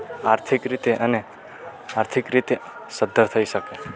આર્થિક રીતે અને આર્થિક રીતે સધ્ધર થઈ શકે